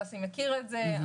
ששי שדה מכיר את זה.